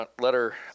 letter